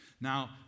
Now